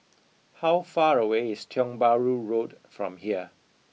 how far away is Tiong Bahru Road from here